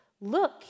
Look